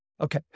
okay